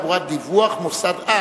בבקשה.